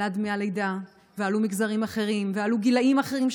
עלו דמי הלידה ועלו מגזרים אחרים ועלו גילאים אחרים,